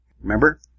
Remember